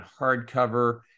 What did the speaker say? hardcover